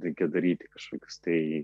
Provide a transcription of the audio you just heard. reikia daryti kažkokius tai